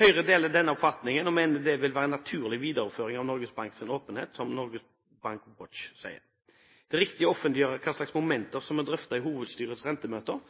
Høyre deler denne oppfatningen og mener det vil være en naturlig videreføring av Norges Banks åpenhet, som også Norges Bank Watch sier. Det er riktig å offentliggjøre hvilke momenter som er drøftet i hovedstyrets rentemøter,